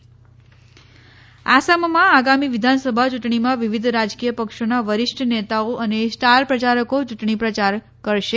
આસામ આસામમાં આગામી વિધાનસભા યૂંટણીમાં વિવિધ રાજકીય પક્ષોના વરિષ્ઠ નેતાઓ અને સ્ટાર પ્રચારકો યૂંટણી પ્રચાર કરશે